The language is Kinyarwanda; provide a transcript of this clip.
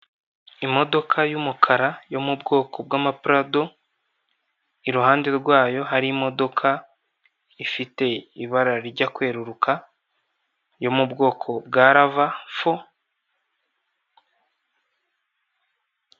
Imodoka y'umukara, yo mu bwoko bw'amaparado, iruhande rwayo hari imodoka ifite ibara rijya kweruruka, yo mu bwoko bwa rava fo.